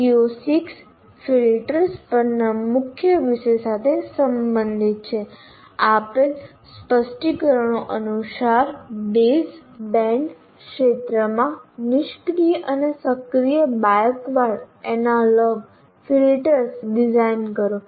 CO6 filters પરના મુખ્ય વિષય સાથે સંબંધિત છે આપેલ સ્પષ્ટીકરણો અનુસાર બેઝ બેન્ડ ક્ષેત્રમાં નિષ્ક્રિય અને સક્રિય બાયક્વાડ એનાલોગ ફિલ્ટર્સ ડિઝાઇન કરો